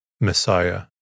Messiah